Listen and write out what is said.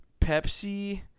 pepsi